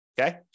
okay